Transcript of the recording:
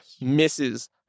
misses